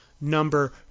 number